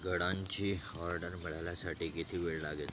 घडांची order मिळाल्या साठी किती वेळ लागेल